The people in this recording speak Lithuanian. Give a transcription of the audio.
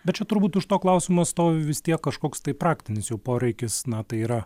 bet čia turbūt už to klausimo stovi vis tiek kažkoks tai praktinis jų poreikis na tai yra